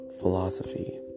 philosophy